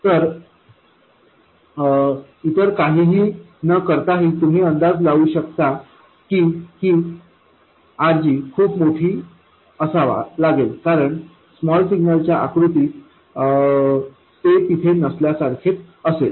तर इतर काहीही न करताही तुम्ही अंदाज लावू शकता की ही RG खूप मोठी असावा लागेल कारण स्मॉल सिग्नलच्या आकृतीत ते तिथे नसल्यासारखे असेल